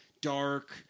dark